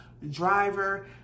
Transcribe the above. Driver